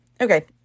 okay